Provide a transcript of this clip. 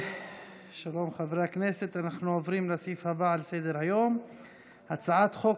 אנחנו נעביר אותה לוועדת הכנסת.